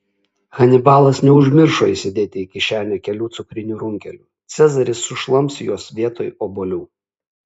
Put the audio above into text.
hanibalas neužmiršo įsidėti į kišenę kelių cukrinių runkelių cezaris sušlamš juos vietoj obuolių